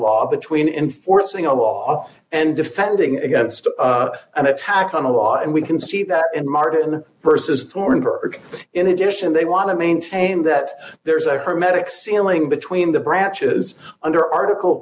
law between enforcing a law and defending against an attack on a law and we can see that and martin versus gorenberg in addition they want to maintain that there is a her medic ceiling between the branches under article